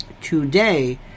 Today